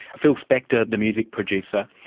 phil spector the music producer.